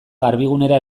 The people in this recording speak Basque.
garbigunera